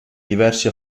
diversi